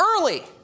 early